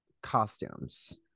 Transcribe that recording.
costumes